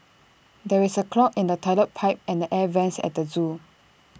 there is A clog in the Toilet Pipe and the air Vents at the Zoo